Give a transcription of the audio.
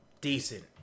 decent